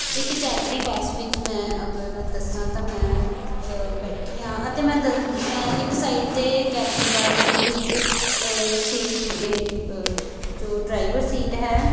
ਇੱਕ ਯਾਤਰੀ ਬੱਸ ਵਿੱਚ ਮੈਂ ਅਗਰ ਦੱਸਾਂ ਤਾਂ ਮੈਂ ਬੈਠੀ ਹਾਂ ਅਤੇ ਮੈਂ ਦ ਮੈਂ ਇੱਕ ਸਾਈਡ 'ਤੇ ਯਾਤਰੀ ਬੱਸ ਦੇ ਵਿੱਚ ਸੀਟ ਵੀ ਜੋ ਡਰਾਈਵਰ ਸੀਟ ਹੈ